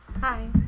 Hi